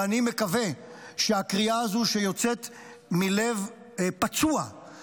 ואני מקווה שהקריאה הזאת שיוצאת מלב פצוע,